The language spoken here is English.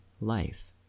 life